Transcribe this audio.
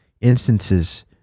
instances